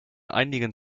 einigen